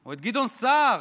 או את גדעון סער,